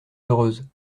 heureuse